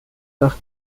nach